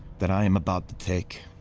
that i am about to take,